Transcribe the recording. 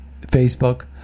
Facebook